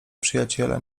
przyjaciele